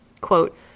quote